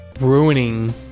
Ruining